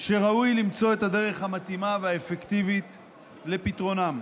שראוי למצוא את הדרך המתאימה והאפקטיבית לפתרונם.